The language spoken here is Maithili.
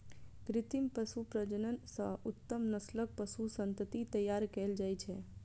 कृत्रिम पशु प्रजनन सं उत्तम नस्लक पशु संतति तैयार कएल जाइ छै